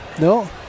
no